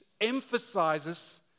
emphasizes